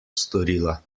storila